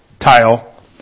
tile